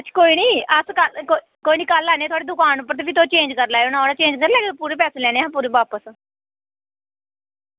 कोई निं अस कल कोई निं कल आन्ने आं थुआढ़ी दकान उप्पर ते फिर तुस चेंज़ करी लैएयो ना चेंज करी लैगे पूरे पैसे लैने असें बापस